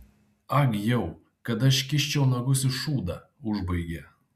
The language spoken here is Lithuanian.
ag jau kad aš kiščiau nagus į šūdą užbaigė